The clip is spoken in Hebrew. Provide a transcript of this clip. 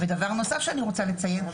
ודבר נוסף שאני רוצה לציין,